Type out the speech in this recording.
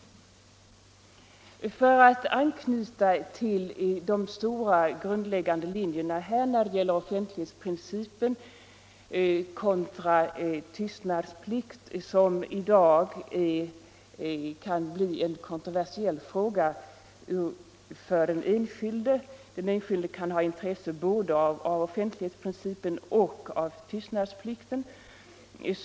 Frågan om offentlighetsprincipen kontra tystnadsplikten kan i dag bli kontroversiell för den enskilde, som ju kan ha ett intresse både av offentlighetsprincipen och av tystnadsplikten.